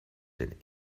den